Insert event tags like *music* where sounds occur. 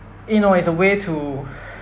you know as a way to *breath*